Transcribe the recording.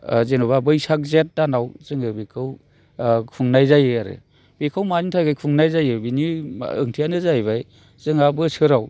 जेन'बा बैसाग जेठ दानाव जोङो बेखौ खुंनाय जायो आरो बेखौ मानि थाखाय खुंनाय जायो बिनि ओंथियानो जाहैबाय जोंहा बोसोराव